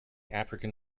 african